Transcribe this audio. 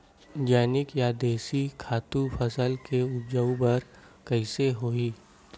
जैविक या देशी खातु फसल के उपज बर कइसे होहय?